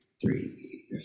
three